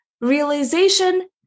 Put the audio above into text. realization